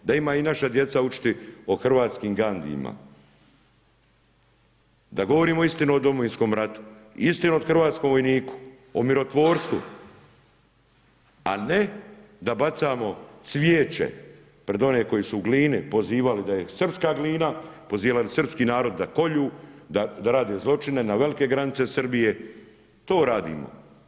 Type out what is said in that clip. Da imaju i naša djeca učiti o hrvatskim Gandhijima, da govorimo istinu o Domovinskom ratu, istinu o hrvatskom vojniku, o mirotvorstvu a ne da bacamo cvijeće pred one koji su u Glini pozivali da je srpska Glina, pozivali srpski narod da kolju, da rade zločine na velike granice Srbije, to radimo.